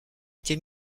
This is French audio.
été